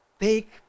take